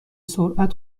سرعت